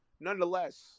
nonetheless